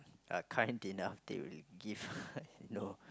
are kind enough they will give you know